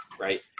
right